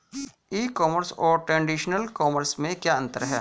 ई commerce और traditional commerce में क्या अंतर है?